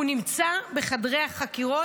הוא, הנהג שלו, נמצא בחדרי החקירות,